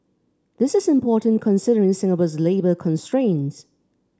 this is important considering Singapore's labour constraints